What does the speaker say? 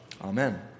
Amen